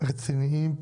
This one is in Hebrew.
רציניים,